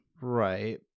Right